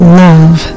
love